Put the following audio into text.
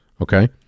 Okay